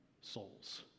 souls